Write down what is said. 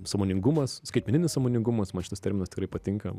sąmoningumas skaitmeninis sąmoningumas man šitas terminas tikrai patinka